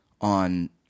on